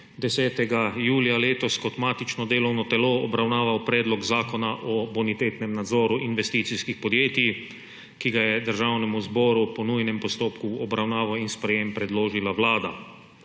10. julija letos kot matično delovno telo obravnaval Predlog zakona o bonitetnem nadzoru investicijskih podjetij, ki ga je Državnemu zboru po nujnem postopku v obravnavo in sprejem predložila Vlada.